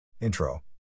Intro